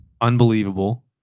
Unbelievable